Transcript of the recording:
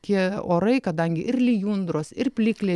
tie orai kadangi ir lijundros ir plikle